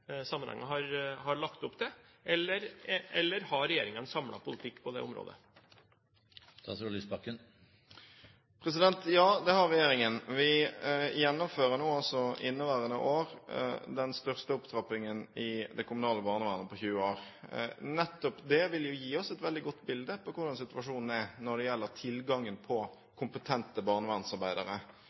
har lagt opp til? Har regjeringen en samlet politikk på dette området? Ja, det har regjeringen. Vi gjennomfører nå i inneværende år den største opptrappingen i det kommunale barnevernet på 20 år. Nettopp det vil jo gi oss et veldig godt bilde på hvordan situasjonen er når det gjelder tilgangen på kompetente barnevernsarbeidere.